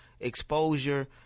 exposure